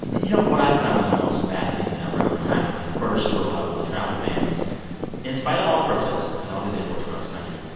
you know, what i found the most fascinating around the time of the first rollout of the travel ban in spite of all the protests at all these airports across the country,